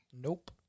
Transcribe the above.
Nope